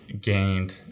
gained